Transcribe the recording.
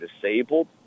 disabled